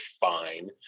fine